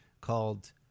called